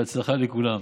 בהצלחה לכולם.